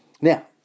Now